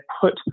put